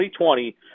2020